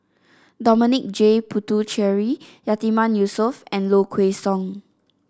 Dominic J Puthucheary Yatiman Yusof and Low Kway Song